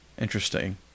Interesting